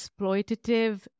exploitative